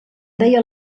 deia